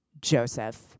Joseph